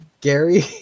Gary